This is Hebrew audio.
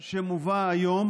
שמובא היום